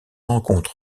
rencontre